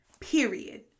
Period